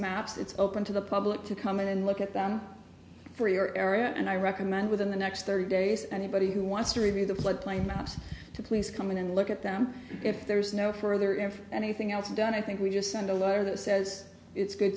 maps it's open to the public to come in and look at them for your area and i recommend within the next thirty days anybody who wants to review the floodplain maps to please come in and look at them if there's no further effort anything else done i think we just send a wire that says it's good